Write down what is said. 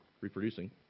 reproducing